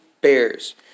Bears